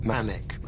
Manic